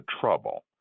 trouble